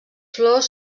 flors